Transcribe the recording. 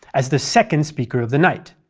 as the second speaker of the night.